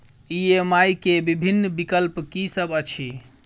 EMI केँ विभिन्न विकल्प की सब अछि